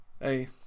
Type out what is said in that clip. Hey